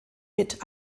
mit